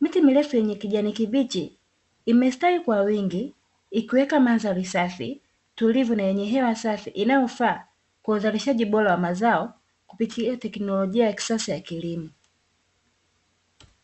Miti mirefu yenye kijani kibichi imestawi kwa wingi ikiweka mandhari safi tulivu na yenye hewa safi inayofaa kwa uzalishaji bora wa mazao kupitia teknologia ya kisasa ya kilimo.